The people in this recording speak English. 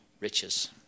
riches